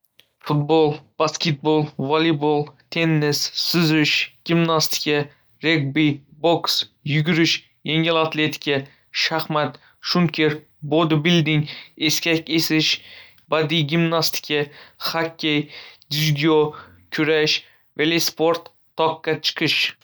Futbol, basketbol, voleybol, tennis, suzish, gimnastika, regbi, boks, yugurish, yengil atletika, shaxmat, shnuker, bodibilding, eshkak eshish, badiiy gimnastika, hokkey, dzyudo, kurash, velosport, toqqa chiqish.